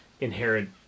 inherit